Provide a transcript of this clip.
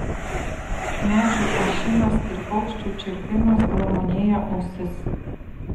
medžių ošimas ir paukščių čirpimas glamonėja ausis